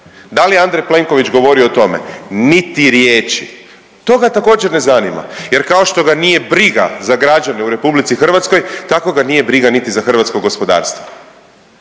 Da li je Andrej Plenković govorio o tome? Niti riječi. To ga također ne zanima. Jer kao što ga nije briga za građane u Republici Hrvatskoj, tako ga nije briga niti za hrvatsko gospodarstvo.